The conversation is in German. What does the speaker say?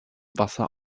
wasser